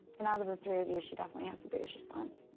and out of three of you, she definitely has the biggest response.